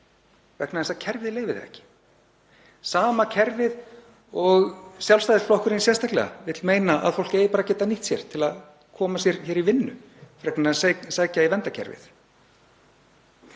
vegna þess að kerfið leyfir það ekki. Sama kerfi og Sjálfstæðisflokkurinn sérstaklega vill meina að fólk eigi að geta nýtt sér til að komast í vinnu frekar en að sækja í verndarkerfið.